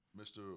Mr